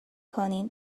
کنین